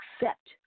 accept